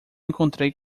encontrei